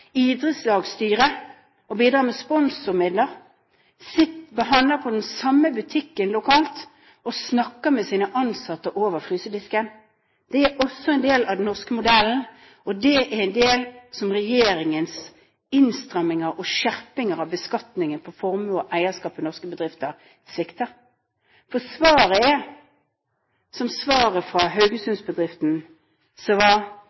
de ansatte, bidrar med sponsormidler, handler på den samme lokalbutikken og snakker med sine ansatte over frysedisken. Det er også en del av den norske modellen, og det er en del som regjeringen svikter gjennom innstramming og skjerping av beskatningen på formue og eierskap i norske bedrifter. For svaret er, som svaret var fra